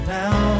now